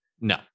No